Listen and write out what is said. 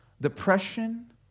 depression